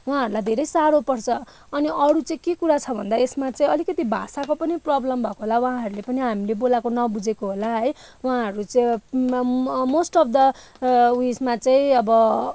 उहाँहरूलाई धेरै साह्रो पर्छ अनि अरू चाहिँ के कुरा छ भन्दा यसमा न अलिकति भाषाको पनि प्रबलम भएको होला उहाँहरूले पनि हामीले बोलाएको नबुझेको होला है उहाँहरू चाहिँ मोस्ट अफ द ऊ यसमा चाहिँ अब